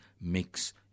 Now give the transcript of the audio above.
mix